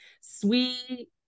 sweet